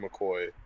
McCoy